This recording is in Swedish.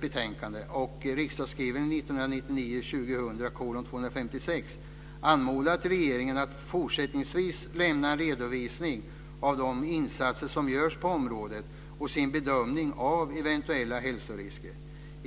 betänkande 1999 2000:256 anmodat regeringen att fortsättningsvis lämna en redovisning av de insatser som görs på området och sin bedömning av eventuella hälsorisker.